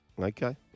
Okay